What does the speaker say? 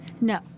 no